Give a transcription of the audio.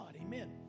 Amen